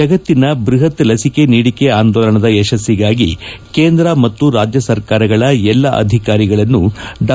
ಜಗತ್ತಿನ ಬೃಹತ್ ಲಸಿಕೆ ನೀಡಿಕೆ ಆಂದೋಲನದ ಯಶಸ್ಸಿಗಾಗಿ ಕೇಂದ್ರ ಮತ್ತು ರಾಜ್ಯ ಸರ್ಕಾರಗಳ ಎಲ್ಲ ಅಧಿಕಾರಿಗಳನ್ನು ಡಾ